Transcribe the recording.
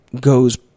goes